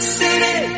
city